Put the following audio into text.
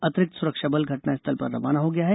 अतिरिक्त सुरक्षाबल घटनास्थल पर रवाना हो गया है